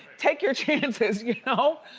take your chances, you know,